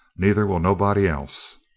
neither will nobody else.